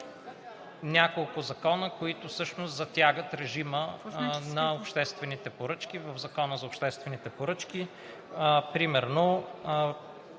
няколко закона, които всъщност затягат режима на обществените поръчки в Закона за обществените поръчки, примерно